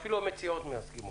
אפילו המציעות מסכימות.